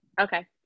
okay